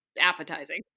appetizing